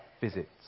Visits